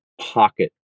pocket